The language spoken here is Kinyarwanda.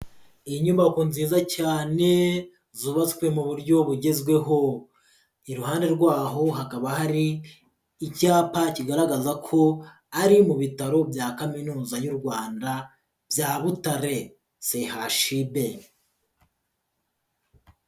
Iyi nyubako nziza cyane zubatswe mu buryo bugezweho, iruhande rwaho hakaba hari icyapa kigaragaza ko ari mu bitaro bya kaminuza y'u Rwanda bya Butare CHUB.